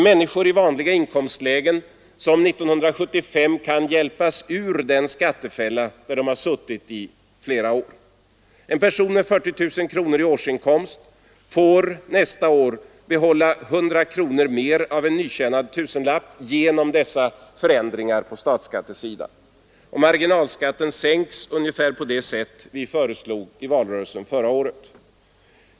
Människor i vanliga inkomstlägen kan 1975 hjälpas ur den skattefälla de har suttit i under flera år. En person med 40 000 kronor i årsinkomst får nästa år behålla 100 kronor mer av en nytjänad tusenlapp genom dessa förändringar på statsskattesidan. Och marginalskatten sänks ungefär på det sätt vi föreslog i valrörelsen förra året.